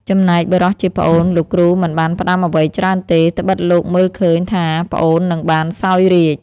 ចំណែកបុរសជាប្អូន លោកគ្រូមិនបានផ្ដាំអ្វីច្រើនទេ ត្បិតលោកមើលឃើញថាប្អូននឹងបានសោយរាជ្យ។